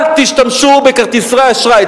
אל תשתמשו בכרטיסי אשראי,